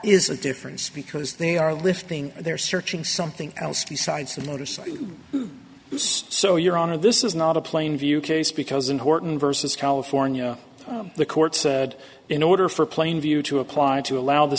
is a difference because they are lifting they're searching something else besides the notice i was so your honor this is not a plain view case because in horton versus california the court said in order for plain view to apply to allow the